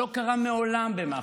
שלא קרה מעולם במח"ש,